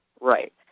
Right